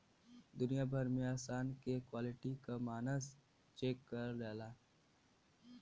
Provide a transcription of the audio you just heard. दुनिया भर में समान के क्वालिटी क मानक चेक करल जाला